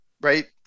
right